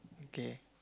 okay